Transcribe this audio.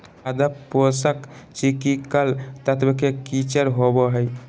पादप पोषक चिकिकल तत्व के किचर होबो हइ